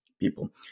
people